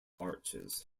arches